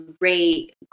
great